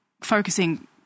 focusing